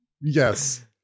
Yes